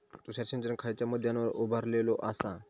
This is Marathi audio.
तुषार सिंचन खयच्या मुद्द्यांवर उभारलेलो आसा?